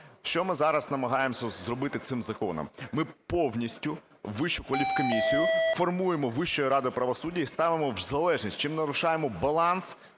Що ми зараз намагаємося зробити цим законом? Ми повністю Вищу кваліфкомісію формуємо Вищою радою правосуддя і ставимо в залежність, чим нарушаємо баланс